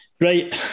right